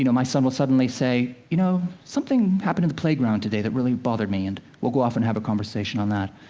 you know my son will suddenly say, you know, something happened in the playground today that really bothered me. and we'll go off and have a conversation on that.